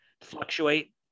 fluctuate